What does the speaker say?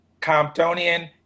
Comptonian